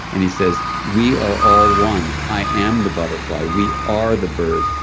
and he says, we are all one. i am the butterfly. we are the birds,